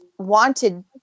Wanted